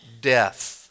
death